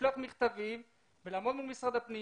ולשלוח מכתבים ולעמוד מול משרד הפנים